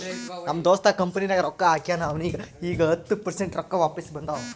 ನಮ್ ದೋಸ್ತ್ ಕಂಪನಿನಾಗ್ ರೊಕ್ಕಾ ಹಾಕ್ಯಾನ್ ಅವ್ನಿಗ ಈಗ್ ಹತ್ತ ಪರ್ಸೆಂಟ್ ರೊಕ್ಕಾ ವಾಪಿಸ್ ಬಂದಾವ್